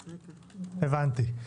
הבנתי.